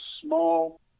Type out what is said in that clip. small